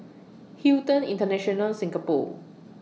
Hilton International Singapore